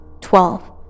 twelve